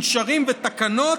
מנשרים ותקנות,